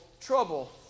trouble